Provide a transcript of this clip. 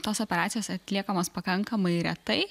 tos operacijos atliekamos pakankamai retai